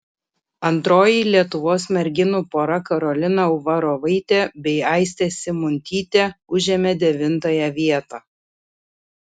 antroji lietuvos merginų pora karolina uvarovaitė bei aistė simuntytė užėmė devintąją vietą